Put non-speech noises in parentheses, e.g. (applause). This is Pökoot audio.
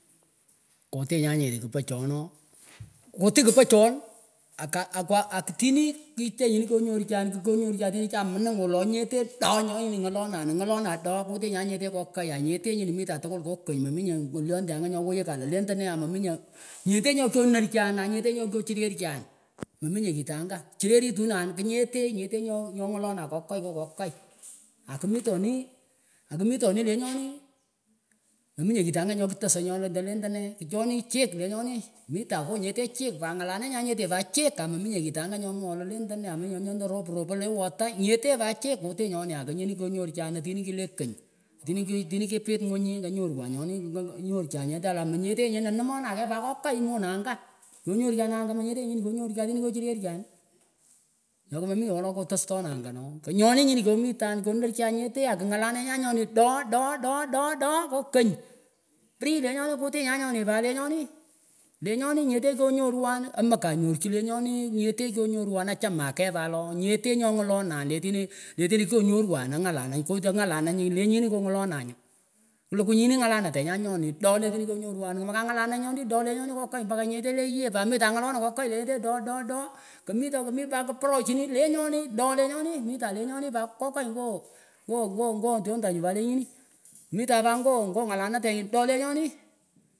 Kutinyan nyeteh kipachon kutih kipachon akah akwa akitinih kiteh nyinih kyonyorchan kikyonyorchan tinih cha mining wolonyeteh doh nyohnyinih ngalolan angalolan doh kutinyan nyeteh kokay anyetteh nyinah miton tkwul ngoh kany mominyeh hyaiyondeh angah nyoh wayaka la lendeneh amaminyeh nyete nyoh kyonarchan anyete nyon kyochirechan meminyeh kitangah chirekutanan knyeteh nyetteh nyoh ngalolon kokay ngon kokay akimitoni akimitonih lenyonih meminyeh kitangah nyoh ktasayh nyoledah lendaneh kchonich chik lenyonih mitan nguh nyeteh chikpat ngalanenyan nyeteh pat chik aamaminyeh kitangah nyoh mwoah lah lendeneh (unintelligible) nyoh ropropan la ewoh atah nyeteh pat yeh kutin nyonih akanyil nyuh konyorchan tinih kileh kany tinih tinih kipit ngunyih anyorwan yonin meka anyorchan nyonih alah menyetteh nyonah hamonah key kookay monangah kyonyorcha angak menyetee nyini kinyorchah tinih kyochir chan nyo kamaminyeh woloh kotastonah angah noh kanyonih nyinah komitan konar chan nyeteh aku ngula lenyan nyoni doh doh doh doh doh doh doh ngoh kany free lenyonih kutinyan nyonih pat lenyonih lenyonih nyeteh konyorwon amaha nyorchih lenyonih yeteh kyonyorwan achameh keyh pat looh nyeteh nyoh ngololan letinah letinah kyonyorwan angalalan kut angalalan nyuh lek nyini kongololan nyinlikuh nyinih ngalanatenyan nyonih doh letinah kyonyorwan maki kangala lan nyonih doh lenyonih kokay mpaka nyehtehleh yeh pat mitan ngololay kokai lenyeteh doh doh doh kumih to kumih pat parochin lenyonin doh lenyonih mitan lenyoni pat kokai ngoh ngoh mgoh ngoh tyondanyin pah lenyinih mitan pat ngoh ngalatenyih doh lenyonih.